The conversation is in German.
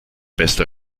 beste